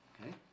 Okay